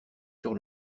sur